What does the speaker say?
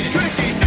Tricky